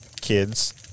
kids